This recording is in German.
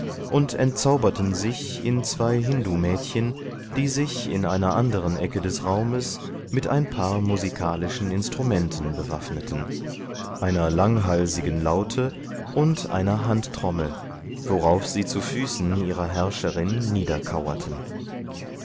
und entzauberten sich in zwei hindumädchen die sich in einer anderen ecke des raumes mit ein paar musikalischen instrumenten bewaffneten einer langhalsigen laute und einer handtrommel worauf sie zu füßen ihrer